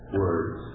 words